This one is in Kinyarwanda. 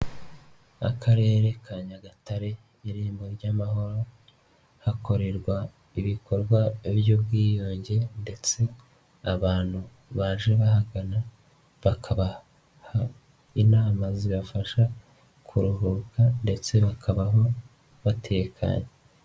Akarere ka Nyagatare irembo ry'amahoro, hakorerwa ibikorwa by'ubwiyunge ndetse abantu baje bahagana bakabaha inama zibafasha kuruhuka ndetse bakabaho batekanye.